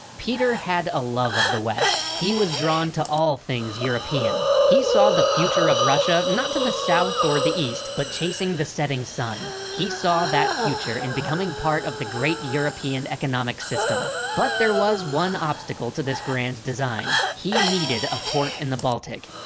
peter had a love of the west, he was drawn to all things european. he saw the future of russia not to the south or the east, but chasing the setting sun. he saw that future in becoming part of the great european economic system. but there was one obstacle to this grand design. he needed a port in the baltic.